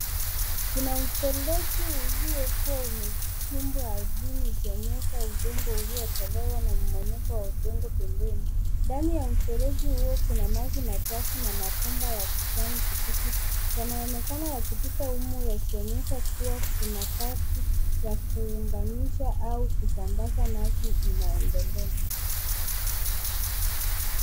Kuna mfereji uliokuwa umechimbwa ardhini ukionyesha udongo uliotolewa na mmomonyoko wa udongo pembeni. Ndani ya mfereji huo kuna maji machafu na mabomba ya kijani kibichi yanaonekana yakipita humu yakionyesha kuwa kuna kazi ya kuunganisha au kusambaza maji inaendelea.